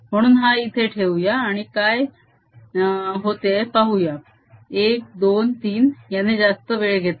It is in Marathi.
म्हणून हा इथे ठेऊया आणि पाहूया काय होतेय 1 2 3 याने जास्त वेळ घेतला